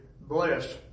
bless